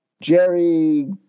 Jerry